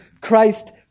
Christ